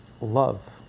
love